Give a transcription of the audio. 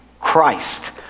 Christ